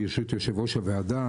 ברשות יו"ר הוועדה,